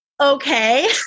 okay